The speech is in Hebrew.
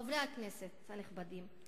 חברי הכנסת הנכבדים,